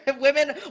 Women